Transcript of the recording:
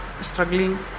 struggling